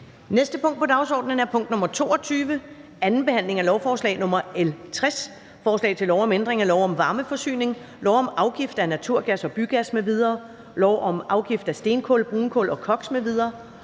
næste punkt på dagsordenen er: 22) 2. behandling af lovforslag nr. L 60: Forslag til lov om ændring af lov om varmeforsyning, lov om afgift af naturgas og bygas m.v., lov om afgift af stenkul, brunkul og koks